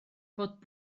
bod